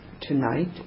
Tonight